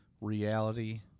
reality